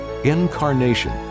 Incarnation